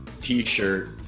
t-shirt